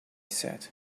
said